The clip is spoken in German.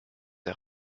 der